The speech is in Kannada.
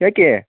ಯಾಕೆ